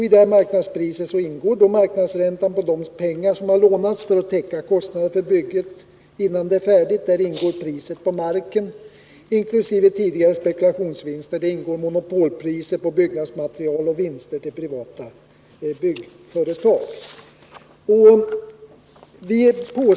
I det marknadspriset ingår marknadsräntan på de pengar som lånats för att täcka kostnaderna för bygget innan det är färdigt. Där ingår priset på marken inkl. tidigare spekulationsvinster. Där ingår också monopolpriser på byggnadsmaterial och vinster till privata byggföretag.